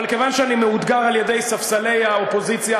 אבל כיוון שאני מאותגר על-ידי ספסלי האופוזיציה,